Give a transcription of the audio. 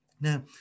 Now